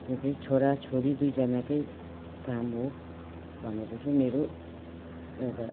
यो चाहिँ छोराछोरी दुईजनाकै काम हो भनेर चाहिँ मेरो एउटा